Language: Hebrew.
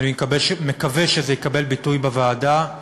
אני מקווה שזה יקבל ביטוי בוועדה,